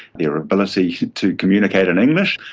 their ability to communicate in english,